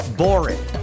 boring